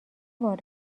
وارد